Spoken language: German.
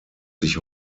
sich